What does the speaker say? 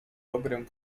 obręb